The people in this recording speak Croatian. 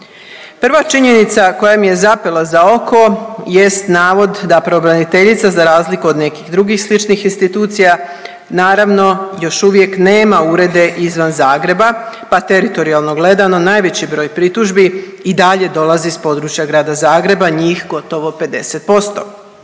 Prva činjenica koja mi je zapela za oko jest navod da pravobraniteljica za razliku od nekih drugih sličnih institucija, naravno još uvijek nema urede izvan Zagreba pa teritorijalno gledano, najveći broj pritužbi i dalje dolazi s područja grada Zagreba, njih gotovo 50%.